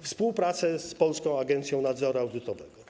współpraca z Polską Agencją Nadzoru Audytowego.